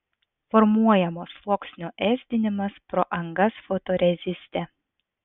formuojamo sluoksnio ėsdinimas pro angas fotoreziste